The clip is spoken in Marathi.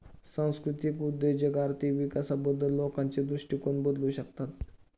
सांस्कृतिक उद्योजक आर्थिक विकासाबद्दल लोकांचे दृष्टिकोन बदलू शकतात